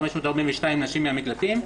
542 נשים מהמקלטים.